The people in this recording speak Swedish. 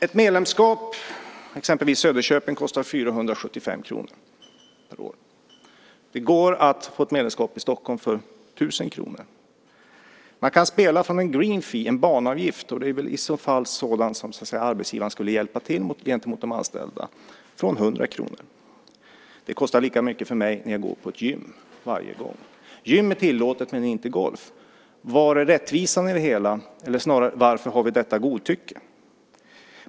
Ett medlemskap i exempelvis Söderköping kostar 475 kr per år. Det går att få ett medlemskap i Stockholm för 1 000 kr. Man kan spela för en greenfee , en banavgift - det är väl i så fall sådant som arbetsgivaren skulle kunna hjälpa till med gentemot de anställda - från 100 kr. Det kostar lika mycket för mig när jag går på ett gym varje gång. Gym är tillåtet men inte golf. Var är rättvisan i det hela? Eller snarare: Varför har vi detta godtycke?